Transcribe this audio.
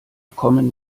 kommen